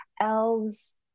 elves